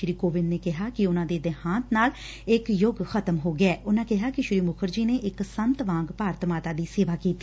ਸ੍ਰੀ ਕੋਵਿੰਦ ਨੇ ਕਿਹਾ ਕਿ ਉਨੁਾਂ ਦੇਹਾਂਤ ਨਾਲ ਇਕ ਯੁੱਗ ਖ਼ਤਮ ਹੋ ਗਿਐ ਉਨੂਾ ਕਿਹਾ ਕਿ ਸ੍ਰੀ ਮੁਖਰਜੀ ਨੇ ਇਕ ਸੰਤ ਵਾਂਗ ਭਾਰਤ ਮਾਤਾ ਦੀ ਸੇਵਾ ਕੀਤੀ